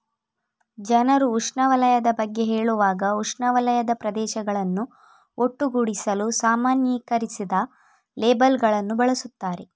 ಜನರು ಉಷ್ಣವಲಯದ ಬಗ್ಗೆ ಹೇಳುವಾಗ ಉಷ್ಣವಲಯದ ಪ್ರದೇಶಗಳನ್ನು ಒಟ್ಟುಗೂಡಿಸಲು ಸಾಮಾನ್ಯೀಕರಿಸಿದ ಲೇಬಲ್ ಗಳನ್ನು ಬಳಸುತ್ತಾರೆ